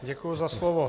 Děkuji za slovo.